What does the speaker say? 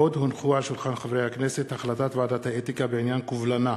אבקש להודיע כי הונחו על שולחן הכנסת החלטת ועדת האתיקה בעניין קובלנה